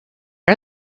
are